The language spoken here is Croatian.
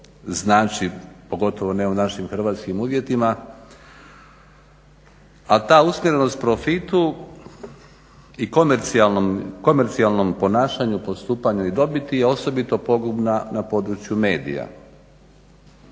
pogotovo ne u našim hrvatskim uvjetima, a ta usmjerenost profitu i komercijalnom ponašanju, postupanju i dobiti je osobito pogubna na području medija.